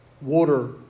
water